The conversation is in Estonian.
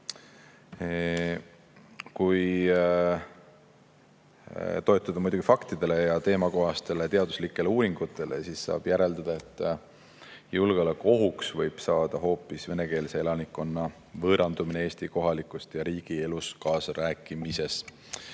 Kui toetuda faktidele ja teemakohastele teaduslikele uuringutele, siis saab järeldada, et julgeolekuohuks võib saada hoopis venekeelse elanikkonna võõrandumine Eesti kohalikus ja riigi elus kaasarääkimisest.